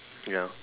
ya